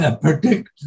predict